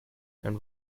and